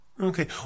Okay